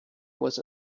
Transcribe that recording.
was